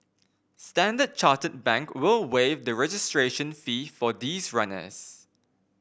Standard Chartered Bank will waive the registration fee for these runners